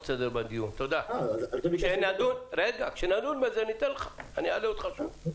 כשנדון בזה אני אעלה אותך שוב.